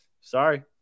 sorry